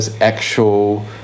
actual